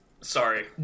Sorry